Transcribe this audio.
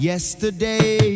Yesterday